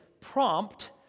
prompt